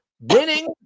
winning